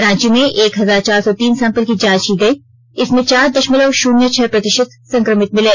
रांची में एक हजार चार सौ तीन सैम्पल की जांच की गई इसमें चार दशमल शून्य छह प्रतिशत संक्रमित मिले